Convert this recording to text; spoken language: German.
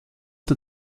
der